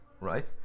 right